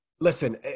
Listen